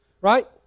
right